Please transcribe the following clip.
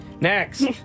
Next